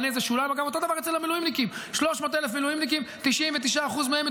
7% גירעון.